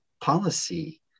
policy